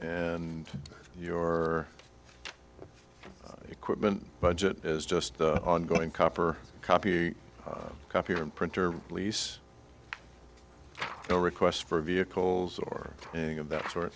and your equipment budget is just ongoing copper copy copier printer lease no requests for vehicles or anything of that sort